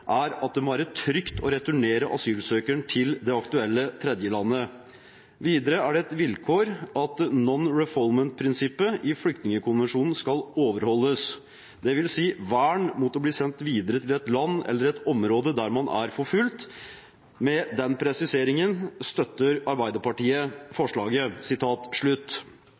er at det må være trygt å returnere asylsøkeren til det aktuelle tredjelandet. Videre er det et vilkår at «non refoulement»-prinsippet i flyktningkonvensjonen skal overholdes, dvs. vern mot å bli sendt videre til et land eller et område der man er forfulgt. Med den presiseringen støtter Arbeiderpartiet forslaget.»